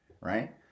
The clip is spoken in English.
right